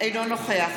אינו נוכח